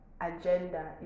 agenda